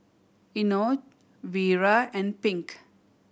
Enoch Vira and Pink